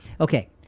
Okay